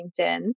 LinkedIn